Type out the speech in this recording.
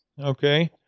Okay